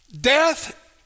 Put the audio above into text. death